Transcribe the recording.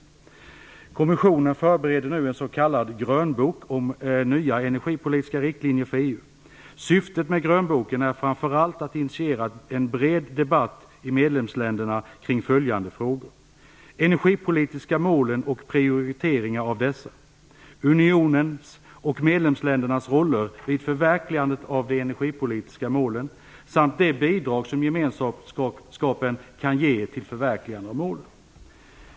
Kommissionen förbereder nu en s.k. grönbok om nya energipolitiska riktlinjer för EU. Syftet med grönboken är framför allt att initiera en bred debatt i medlemsländerna kring följande frågor: energipolitiska målen och prioriteringar av dessa, unionens och medlemsländernas roller vid förverkligandet av de energipolitiska målen samt de bidrag som gemenskapen kan ge till förverkligandet av målen.